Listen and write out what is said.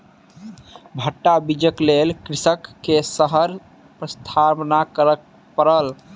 भट्टा बीजक लेल कृषक के शहर प्रस्थान करअ पड़ल